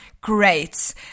greats